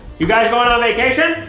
you guys going on vacation?